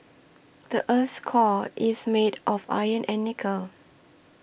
the earth's core is made of iron and nickel